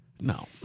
No